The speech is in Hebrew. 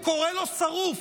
הוא קורא לו "שרוף"?